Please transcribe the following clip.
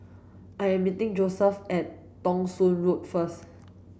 I am meeting Josef at Thong Soon Road first